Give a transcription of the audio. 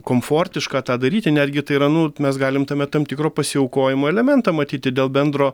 komfortiška tą daryti netgi tai yra nu mes galim tame tam tikro pasiaukojimo elementą matyti dėl bendro